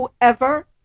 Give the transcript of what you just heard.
whoever